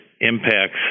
impacts